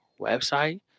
website